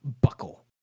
buckle